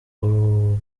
uru